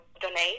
donate